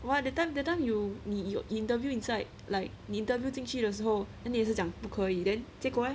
!wah! that time that time you 你你 interview inside like 你 interview 进去的时候 then 你也是讲不可以 then 结果 leh